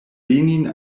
lenin